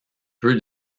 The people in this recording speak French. peu